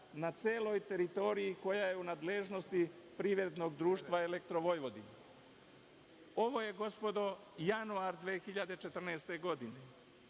na celoj teritoriji koja je u nadležnosti PD „Elektrovojvodina“.Ovo je, gospodo, januar 2014. godine.